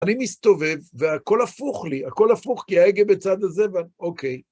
אני מסתובב והכל הפוך לי, הכל הפוך כי ההגה בצד הזה ו... אוקיי.